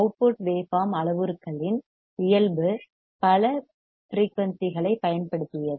output waveform அளவுருக்களின் parameters parameters இயல்பு பல ஃபிரெயூனிசிகளைப் பயன்படுத்தியது